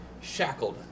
shackled